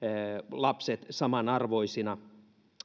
lapset samanarvoisina